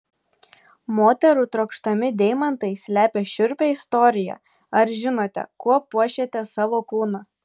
moterų trokštami deimantai slepia šiurpią istoriją ar žinote kuo puošiate savo kūną